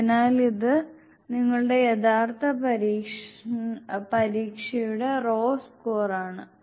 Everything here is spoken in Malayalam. അതിനാൽ ഇത് നിങ്ങളുടെ യഥാർത്ഥ പരീക്ഷയുടെ റോ സ്കോർ ആണ്